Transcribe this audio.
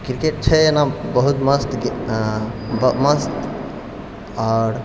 cricket छै एना बहुत मस्त आओर